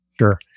Sure